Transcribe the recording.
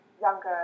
younger